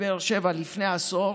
בבאר שבע לפני עשור